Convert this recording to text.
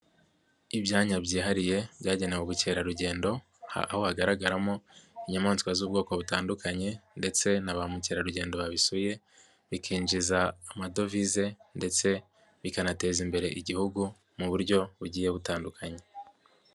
Ibyanya byihariye byagenewe ubukerarugendo, aho hagaragaramo inyamaswa z'ubwoko butandukanye ndetse na ba mukerarugendo babisuye, bikinjiza amadovize ndetse bikanateza imbere Igihugu mu buryo bugiye butandukanye.